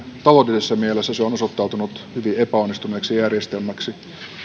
taloudellisessa mielessä se on osoittautunut hyvin epäonnistuneeksi järjestelmäksi